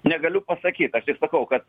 negaliu pasakyt aš tik sakau kad